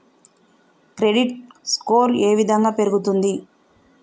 Credit score ఏ విధంగా పెరుగుతుంది?